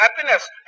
happiness